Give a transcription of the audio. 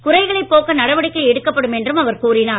குறைகளைப் போக்க நடவடிக்கை எடுக்கப்படும் என்றும் அவர் கூறினார்